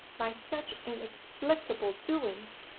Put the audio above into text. by such inexplicable doings.